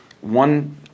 one